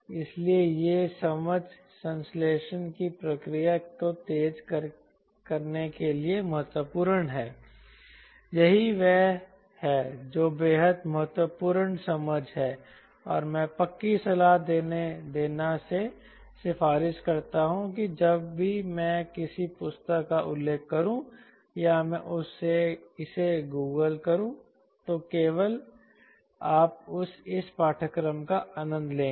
इसलिए ये समझ संश्लेषण की प्रक्रिया को तेज करने के लिए महत्वपूर्ण है यही वह है जो बेहद महत्वपूर्ण समझ है और मैं पक्की सलाह देना से सिफारिश करता हूं कि जब भी मैं किसी पुस्तक का उल्लेख करूं या मैं इसे गूगल करूं तो केवल आप इस पाठ्यक्रम का आनंद लेंगे